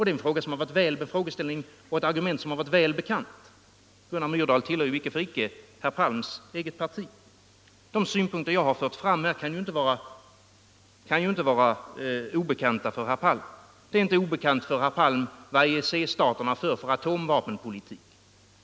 Det är ett argument som är väl bekant. Gunnar Myrdal tillhör ju inte för inte herr Palms eget parti. De synpunkter jag fört fram här kan ju inte vara obekanta för herr Palm. Det är inte obekant för herr Palm vad för slags atomvapenpolitik EEC-staterna för.